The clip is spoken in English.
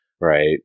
right